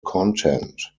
content